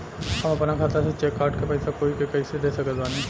हम अपना खाता से चेक काट के पैसा कोई के कैसे दे सकत बानी?